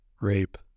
rape